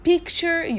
Picture